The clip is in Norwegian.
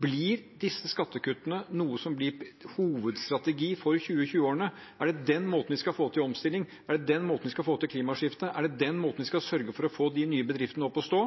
Blir disse skattekuttene en hovedstrategi for 2020-årene? Er det på den måten vi skal få til omstilling? Er det på den måten vi skal få til klimaskiftet? Er det på den måten vi skal sørge for å få nye bedrifter opp å stå?